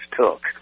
took